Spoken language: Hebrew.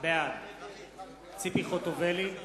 בעד ציפי חוטובלי,